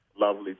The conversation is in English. lovely